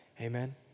Amen